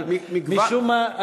אבל משום מה,